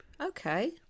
Okay